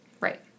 Right